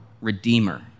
redeemer